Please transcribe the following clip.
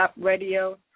Radio